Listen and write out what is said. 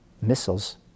missiles